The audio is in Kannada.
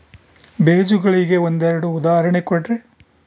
ಬೇಜಗಳಿಗೆ ಒಂದೆರಡು ಉದಾಹರಣೆ ಕೊಡ್ರಿ?